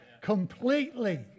completely